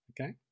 Okay